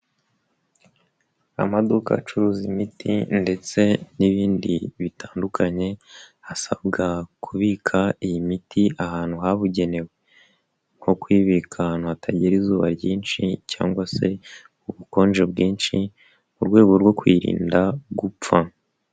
Amaduka acuruza imiti ndetse n'ibindi bitandukanye asabwa kubika iyi miti ahantu habugenewe nko kuyibika ahantu hatagera izuba ryinshi cyangwa se ubukonje bwinshi mu rwego rwo kuyirinda gupfa.